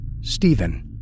Stephen